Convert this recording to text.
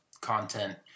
content